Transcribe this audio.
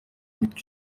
mitwe